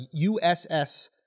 USS